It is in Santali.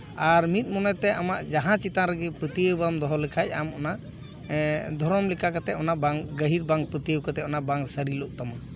ᱟᱨ ᱢᱤᱫ ᱢᱚᱱᱮᱛᱮ ᱟᱢᱟᱜ ᱡᱟᱦᱟᱸ ᱪᱮᱛᱟᱱ ᱨᱮᱜᱮ ᱯᱟᱹᱛᱭᱟᱹᱣ ᱵᱟᱢ ᱫᱚᱦᱚ ᱞᱮᱠᱷᱟᱡ ᱟᱢ ᱚᱱᱟ ᱫᱷᱚᱨᱚᱢ ᱞᱮᱠᱟ ᱠᱟᱛᱮ ᱚᱱᱟ ᱵᱟᱝ ᱜᱟᱹᱦᱤᱨ ᱵᱟᱝ ᱯᱟᱹᱛᱭᱟᱹᱣ ᱠᱟᱛᱮ ᱚᱱᱟ ᱵᱟᱝ ᱥᱟᱹᱨᱤᱞᱚᱜ ᱛᱟᱢᱟ